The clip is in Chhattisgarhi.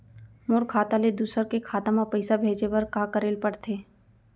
मोर खाता ले दूसर के खाता म पइसा भेजे बर का करेल पढ़थे?